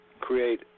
create